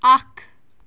اَکھ